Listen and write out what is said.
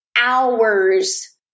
hours